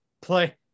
play –